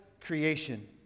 creation